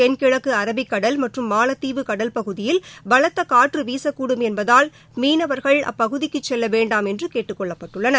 தென்கிழக்கு அரபிக்கடல் மற்றும் மாலத்தீவு கடல்ப குதியில் பலத்த காற்று வீசக்கூடும் என்பதால் மீனவர்கள் அப்பகுதிக்குச் செல்ல வேண்டாம் என்று கேட்டுக் கொள்ளப்பட்டுள்ளனர்